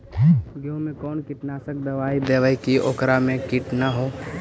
गेहूं में कोन कीटनाशक दबाइ देबै कि ओकरा मे किट न हो?